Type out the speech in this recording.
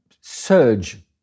surge